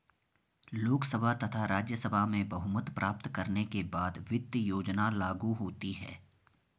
लोकसभा तथा राज्यसभा में बहुमत प्राप्त करने के बाद वित्त योजना लागू होती है